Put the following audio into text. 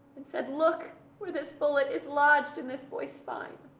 and said look where this bullet is lodged in this boy's spine.